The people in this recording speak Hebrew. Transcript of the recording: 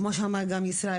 כמו שאמר ישראל,